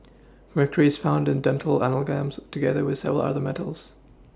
mercury is found in dental amalgams together with several other metals